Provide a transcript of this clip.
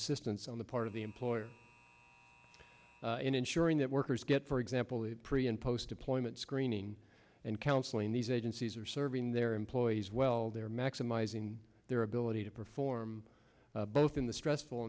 assistance on the part of the employer in ensuring that workers get for example the pre and post deployment screening and counseling these agencies are serving their employ he's well they're maximizing their ability to perform both in the stressful